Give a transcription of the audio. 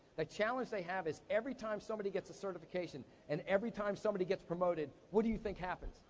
the challenge they have is every time somebody gets a certification and every time somebody gets promoted, what do you think happens?